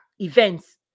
events